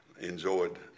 enjoyed